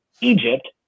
Egypt